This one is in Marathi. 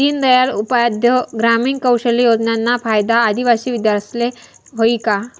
दीनदयाल उपाध्याय ग्रामीण कौशल योजनाना फायदा आदिवासी विद्यार्थीस्ले व्हयी का?